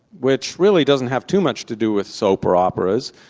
which really doesn't have too much to do with soap or operas,